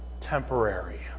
temporary